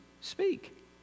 speak